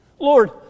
Lord